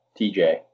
TJ